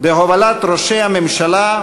בהובלת ראשי הממשלה,